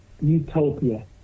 utopia